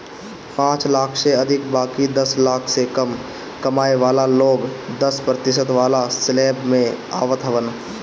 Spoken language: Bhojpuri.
पांच लाख से अधिका बाकी दस लाख से कम कमाए वाला लोग दस प्रतिशत वाला स्लेब में आवत हवन